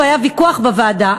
והיה ויכוח בוועדה,